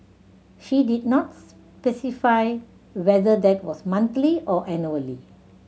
she did not specify whether that was monthly or annually